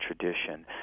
tradition